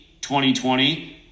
2020